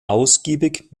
ausgiebig